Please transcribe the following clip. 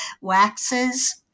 waxes